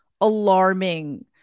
alarming